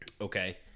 okay